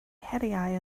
heriau